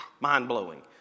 mind-blowing